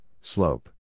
slope